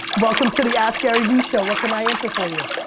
welcome to the askgaryvee show. what can i answer for you?